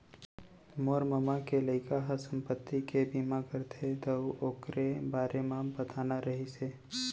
मोर ममा के लइका ह संपत्ति के बीमा करथे दाऊ,, ओकरे बारे म बताना रहिस हे